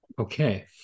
Okay